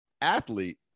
athlete